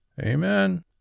Amen